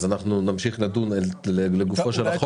נצביע לגופו של החוק.